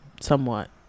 Somewhat